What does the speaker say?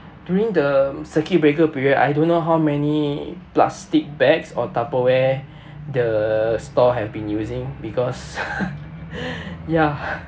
during the circuit breaker period I don't know how many plastic bags or Tupperware the store have been using because ya